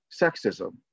sexism